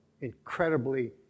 incredibly